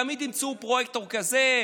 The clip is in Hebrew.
תמיד ימצאו פרויקטור כזה,